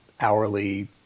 hourly